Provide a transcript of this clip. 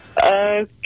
Okay